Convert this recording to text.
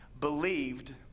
believed